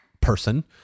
person